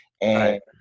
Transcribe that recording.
And-